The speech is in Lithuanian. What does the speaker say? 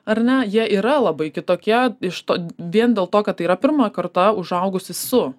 ar ne jie yra labai kitokie iš to vien dėl to kad tai yra pirma karta užaugusi su